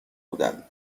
بودند